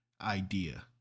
idea